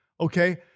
Okay